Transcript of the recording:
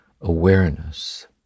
awareness